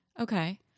Okay